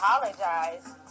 apologize